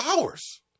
hours